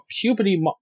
puberty